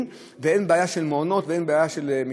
ואין בהם בעיה של מעונות ושל משפחתונים.